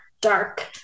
dark